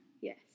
Yes